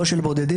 לא של בודדים,